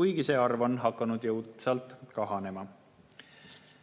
kuid see arv on hakanud jõudsalt kahanema.